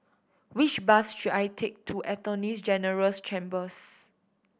which bus should I take to Attorney General's Chambers